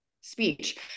speech